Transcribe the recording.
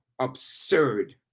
absurd